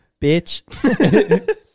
bitch